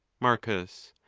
marcus.